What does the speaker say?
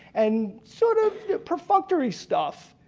and sort of perfunctory stuff